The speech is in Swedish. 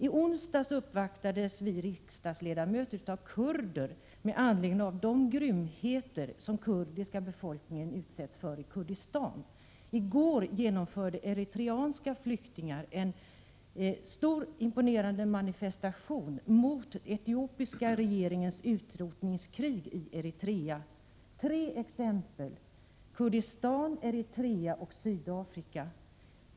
I onsdags uppvaktades vi riksdagsledamöter av kurder med anledning av de grymheter som den kurdiska befolkningen utsätts för i Kurdistan. I går genomförde eritreanska flyktingar en stor och imponerande manifestation mot etiopiska regeringens utrotningskrig i Eritrea. Tre exempel: Kurdistan, främja fredsinitiativ i Sudan Eritrea och Sydafrika.